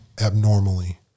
abnormally